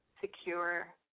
secure